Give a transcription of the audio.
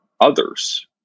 others